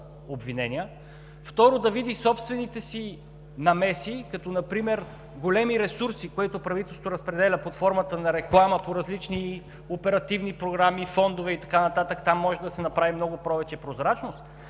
обвинения. Второ, да види собствените си намеси, като например големи ресурси, които правителството разпределя под формата на реклама по различни оперативни програми, фондове и така нататък – там може да се направи много повече прозрачност,